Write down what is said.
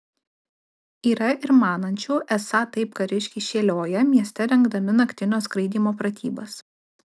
yra ir manančių esą taip kariškiai šėlioja mieste rengdami naktinio skraidymo pratybas